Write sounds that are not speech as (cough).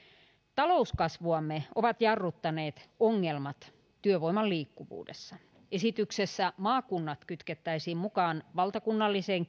talouskasvuamme ovat jarruttaneet ongelmat työvoiman liikkuvuudessa esityksessä maakunnat kytkettäisiin mukaan valtakunnalliseen (unintelligible)